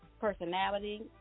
personality